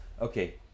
okay